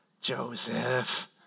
Joseph